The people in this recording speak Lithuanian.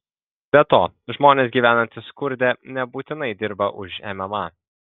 be to žmonės gyvenantys skurde nebūtinai dirba už mma